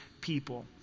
people